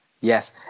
Yes